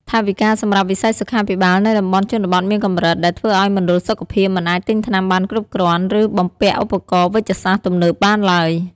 ថវិកាសម្រាប់វិស័យសុខាភិបាលនៅតំបន់ជនបទមានកម្រិត ដែលធ្វើឱ្យមណ្ឌលសុខភាពមិនអាចទិញថ្នាំបានគ្រប់គ្រាន់ ឬបំពាក់ឧបករណ៍វេជ្ជសាស្ត្រទំនើបបានឡើយ។